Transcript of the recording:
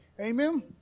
Amen